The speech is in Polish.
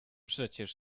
przecież